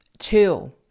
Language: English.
two